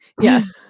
Yes